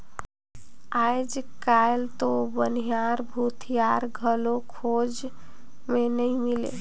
आयज कायल तो बनिहार, भूथियार घलो खोज मे नइ मिलें